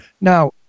now